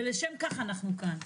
ולשם כך אנחנו כאן.